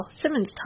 Simmons